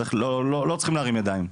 לא צריכים להרים ידיים.